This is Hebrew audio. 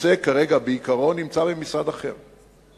כרגע הנושא, בעיקרו, נמצא במשרד אחר.